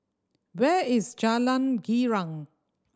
where is Jalan Girang